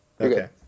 Okay